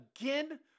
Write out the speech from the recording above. again